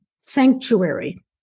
sanctuary